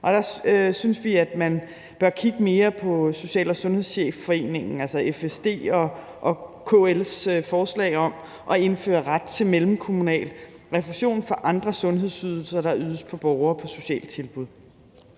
og der synes vi, at man bør kigge mere på Social- og Sundhedschefforeningen, altså FSD, og KL's forslag om at indføre ret til mellemkommunal refusion for andre sundhedsydelser, der ydes til borgere på sociale tilbud.